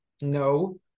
No